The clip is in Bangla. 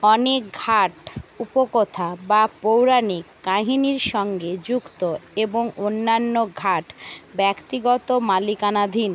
অনেক ঘাট উপকথা বা পৌরাণিক কাহিনির সঙ্গে যুক্ত এবং অন্যান্য ঘাট ব্যক্তিগত মালিকানাধীন